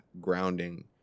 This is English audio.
grounding